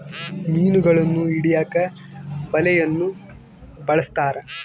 ಮೀನುಗಳನ್ನು ಹಿಡಿಯಕ ಬಲೆಯನ್ನು ಬಲಸ್ಥರ